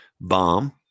bomb